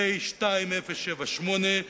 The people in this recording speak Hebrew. פ/2078,